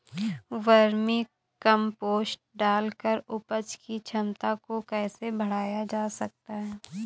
Vermi compost डालकर उपज की क्षमता को कैसे बढ़ाया जा सकता है?